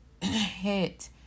hit